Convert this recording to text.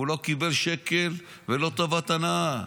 הוא לא קיבל שקל ולא טובת הנאה.